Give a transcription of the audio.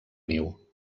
niu